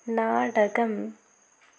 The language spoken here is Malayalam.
നാടകം